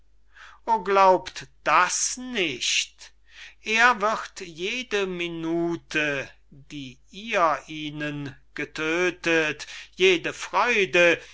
o glaubt das nicht er wird jede minute die ihr ihnen getödtet jede freude